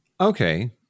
Okay